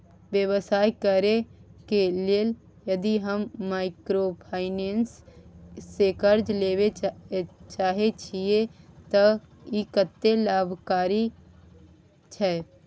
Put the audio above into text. व्यवसाय करे के लेल यदि हम माइक्रोफाइनेंस स कर्ज लेबे चाहे छिये त इ कत्ते लाभकारी छै?